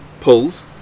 pulls